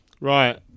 Right